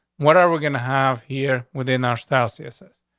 what are we gonna have here within our style? css.